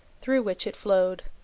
through which it flowed.